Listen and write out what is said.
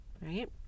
right